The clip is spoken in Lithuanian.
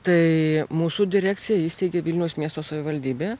tai mūsų direkciją įsteigė vilniaus miesto savivaldybė